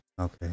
okay